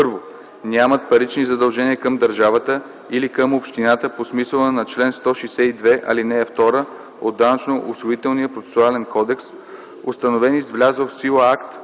1. нямат парични задължения към държавата или към общината по смисъла на чл. 162, ал. 2 от Данъчно-осигурителния процесуален кодекс, установени с влязъл в сила акт